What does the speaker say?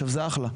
זה אחלה.